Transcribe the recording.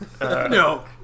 No